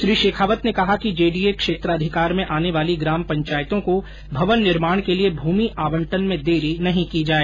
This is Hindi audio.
श्री शेखावत ने कहा कि जेडीए क्षेत्राधिकार में आने वाली ग्राम पंचायतों को भवन निर्माण के लिए भूमि आवंटन में देरी नहीं की जाए